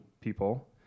people